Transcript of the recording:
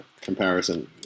comparison